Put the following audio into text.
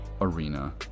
Arena